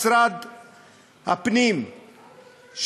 משרד הפנים,